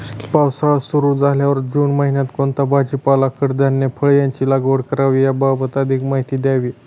पावसाळा सुरु झाल्यावर जून महिन्यात कोणता भाजीपाला, कडधान्य, फळे यांची लागवड करावी याबाबत अधिक माहिती द्यावी?